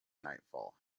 nightfall